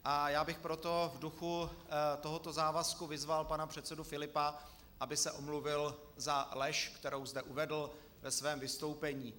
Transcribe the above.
A já bych proto v duchu tohoto závazku vyzval pana předsedu Filipa, aby se omluvil za lež, kterou zde uvedl ve svém vystoupení.